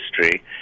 history